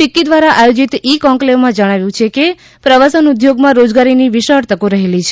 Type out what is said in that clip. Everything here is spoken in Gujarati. ફિક્કી દ્વારા આયોજીત ઇ કોન્કલેવમાં જણાવ્યું કે પ્રવાસન ઉદ્યોગમાં રોજગારીની વિશાળ તકો રહેલી છે